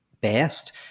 best